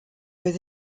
where